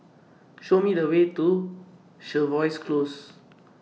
Show Me The Way to Jervois Close